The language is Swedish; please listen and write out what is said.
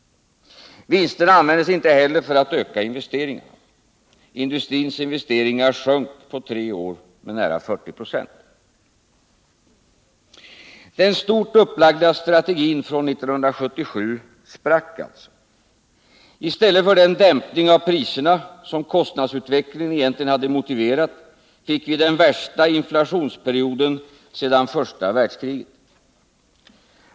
Vinsterna användes inte heller för att öka investeringarna. Industrins investeringar sjönk på 3 år med nära 40 96. Den stort upplagda strategin från 1977 sprack alltså. I stället för den dämpning av priserna, som kostnadsutvecklingen egentligen hade motiverat, fick vi den värsta inflationsperioden sedan första världskriget.